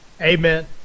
Amen